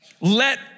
let